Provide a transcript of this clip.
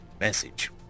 message